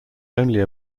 only